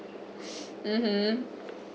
mmhmm